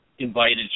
invited